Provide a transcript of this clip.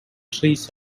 trees